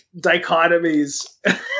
dichotomies